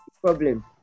problem